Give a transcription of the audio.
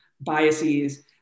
biases